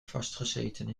vastgezeten